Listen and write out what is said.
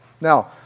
Now